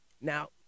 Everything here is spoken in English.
Now